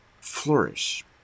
flourish